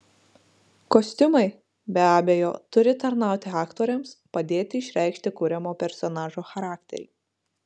kostiumai be abejo turi tarnauti aktoriams padėti išreikšti kuriamo personažo charakterį